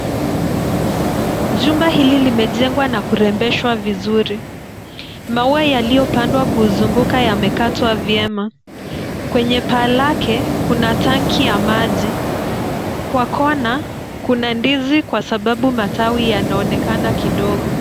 Jumba hili limejengwa na kurembeshwa vizuri. Maua yaliyopandwa kuzunguka yamekatwa vyema. Kwenye paa lake kuna tanki ya maji. Kwa kona kuna ndizi kwa sababu matawi yanaonekana kidogo.